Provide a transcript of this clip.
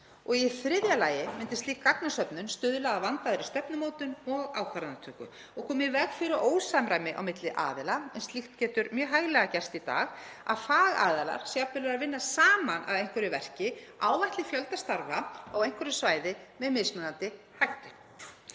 Í þriðja lagi myndi slík gagnasöfnun stuðla að vandaðri stefnumótun og ákvarðanatöku og koma í veg fyrir ósamræmi milli aðila en slíkt getur mjög hæglega gerst í dag, að fagaðilar, sem jafnvel eru að vinna saman að einhverju verki, áætli fjölda starfa á einhverju svæði með mismunandi hætti.